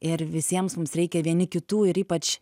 ir visiems mums reikia vieni kitų ir ypač